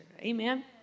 Amen